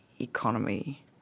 economy